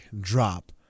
drop